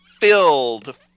filled